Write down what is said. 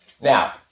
Now